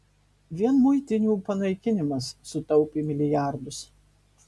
vien muitinių panaikinimas sutaupė milijardus